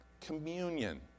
communion